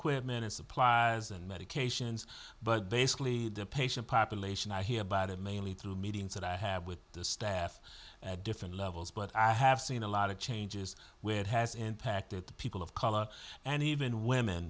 equipment supplies and medications but basically the patient population i hear about it mainly through meetings that i have with the staff at different levels but i have seen a lot of changes where it has impacted people of color and even women